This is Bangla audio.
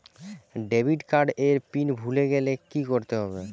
ডেবিট কার্ড এর পিন ভুলে গেলে কি করতে হবে?